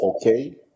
okay